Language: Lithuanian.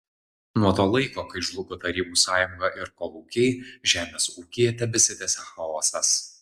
nuo to laiko kai žlugo tarybų sąjunga ir kolūkiai žemės ūkyje tebesitęsia chaosas